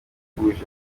atuje